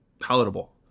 palatable